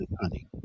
honey